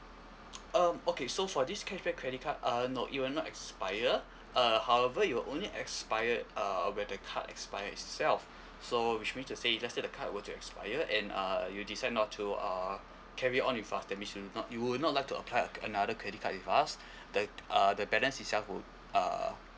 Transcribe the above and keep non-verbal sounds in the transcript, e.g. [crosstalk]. um okay so for this cashback credit card uh no it will not expire uh however it will only expired uh where the card expired itself so which mean to say if let say the card will to expire and uh you decide not to uh carry on with us that means you not you would not like to apply uh another credit card with us [breath] the uh the balance itself would uh